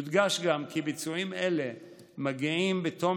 יודגש גם כי ביצועים אלה מגיעים בתום